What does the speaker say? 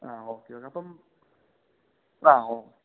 ആ okay okay അപ്പം ആ ഓ